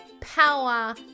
power